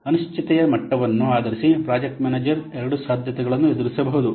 ಅನಿಶ್ಚಿತತೆಯ ಮಟ್ಟವನ್ನು ಆಧರಿಸಿ ಪ್ರಾಜೆಕ್ಟ್ ಮ್ಯಾನೇಜರ್ ಎರಡು ಸಾಧ್ಯತೆಗಳನ್ನು ಎದುರಿಸಬಹುದು